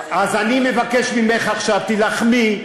אז אני מבקש ממך עכשיו, תילחמי.